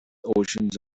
oceans